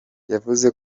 yavuze